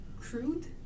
crude